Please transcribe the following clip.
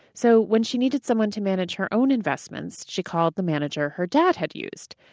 so when she needed someone to manage her own investments, she called the manager her dad had used.